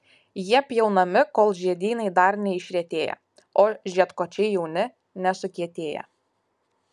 jie pjaunami kol žiedynai dar neišretėję o žiedkočiai jauni nesukietėję